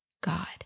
God